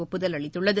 ஒப்புதல் அளித்துள்ளது